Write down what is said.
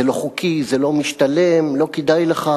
זה לא חוקי, זה לא משתלם, לא כדאי לך.